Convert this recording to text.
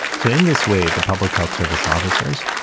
so, in this way, the public health service officers,